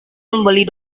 membeli